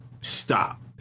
Stop